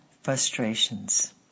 Frustrations